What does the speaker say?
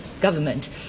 government